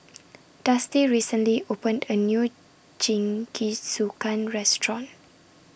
Dusty recently opened A New Jingisukan Restaurant